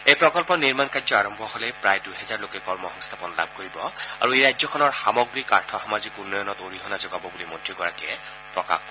এই প্ৰকল্পৰ নিৰ্মাণ কাৰ্য আৰম্ভ হ'লে প্ৰায় দুহেজাৰ লোক কৰ্মসংস্থাপন লাভ কৰিব আৰু ই ৰাজ্যখনৰ সামগ্ৰিক আৰ্থসামাজিক উন্নয়নত অৰিহণা যোগাব বুলি মন্ত্ৰীগৰাকীয়ে প্ৰকাশ কৰে